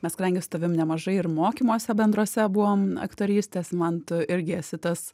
mes kadangi su tavim nemažai ir mokymuose bendruose buvom aktorystės man tu irgi esi tas